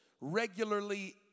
regularly